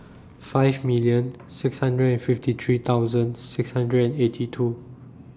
five million six hundred and fifty three thousand six hundred and eighty two